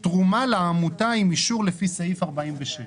היא הסכימה לתת הטבה של 60%,